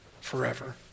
forever